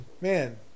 Man